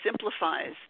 simplifies